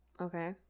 Okay